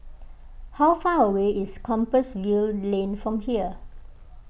how far away is Compassvale Lane from here